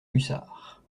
hussard